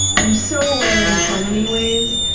i'm so aware in so many ways,